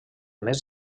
més